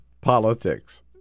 politics